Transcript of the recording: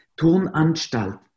Turnanstalt